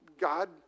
God